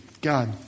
God